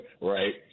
right